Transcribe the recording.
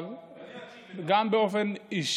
לו: